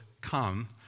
come